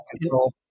control